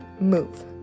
move